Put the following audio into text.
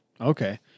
Okay